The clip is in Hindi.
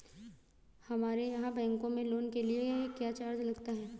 हमारे यहाँ बैंकों में लोन के लिए क्या चार्ज लगता है?